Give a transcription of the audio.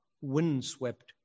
windswept